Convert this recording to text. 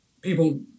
people